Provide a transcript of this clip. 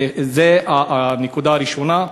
זה הנקודה הראשונה.